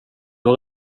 har